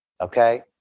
okay